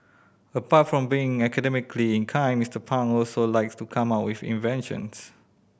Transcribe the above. apart from being academically inclined Mister Pang also likes to come up with inventions